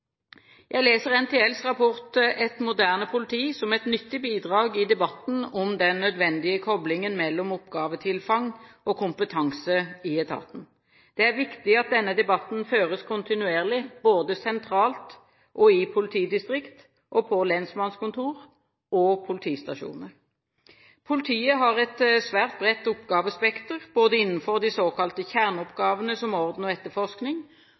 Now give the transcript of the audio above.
Jeg leser NTLs rapport Et moderne politi som et nyttig bidrag i debatten om den nødvendige koblingen mellom oppgavetilfang og kompetanse i etaten. Det er viktig at denne debatten føres kontinuerlig, både sentralt og i politidistrikt og på lensmannskontor og politistasjoner. Politiet har et svært bredt oppgavespekter, både innenfor de såkalte kjerneoppgavene som orden og etterforskning